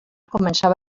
començava